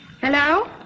Hello